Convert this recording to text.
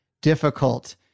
difficult